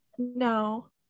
no